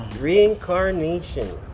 Reincarnation